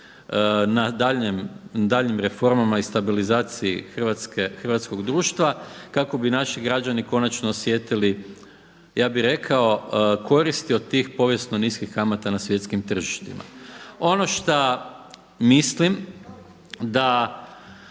na daljnjim reformama i stabilizaciji hrvatskog društva kako bi naši građani konačno osjetili, ja bih rekao koristi od tih povijesno niskih kamata na svjetskim tržištima. Ono šta mislim da